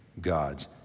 God's